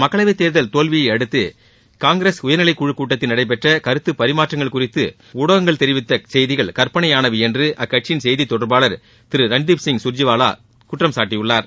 மக்களவைத் தேர்தல் தோல்வியை அடுத்து காங்கிரஸ் உயர்நிலைக் குழுக் கூட்டத்தில் நடைபெற்ற கருத்து பரிமாற்றங்கள் குறித்து ஊடகங்கள் தெரிவித்துள்ள செய்திகள் கற்பனையானவை என்று அக்கட்சியின் செய்தி தொடர்பாளர் திரு ரன்தீப் கா்ஜிவாலா குற்றம்சாட்டியுள்ளார்